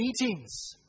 meetings